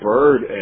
Bird